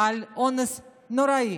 על אונס נוראי